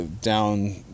down